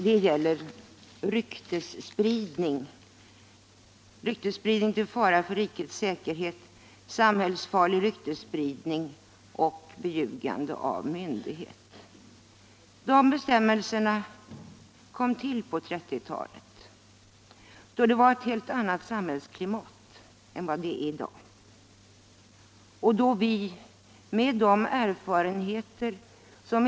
Det gäller ryktesspridning till fara för rikets säkerhet, samhällsfarlig ryktesspridning och beljugande av myndighet. Dessa bestämmelser kom till på 1930-talet, då det var ett helt annat samhällsklimat än i dag.